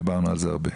דיברנו על זה הרבה.